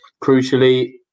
Crucially